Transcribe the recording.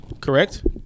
Correct